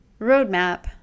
roadmap